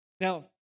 Now